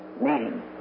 meeting